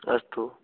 अस्तु